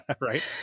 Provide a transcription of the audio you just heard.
right